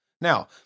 Now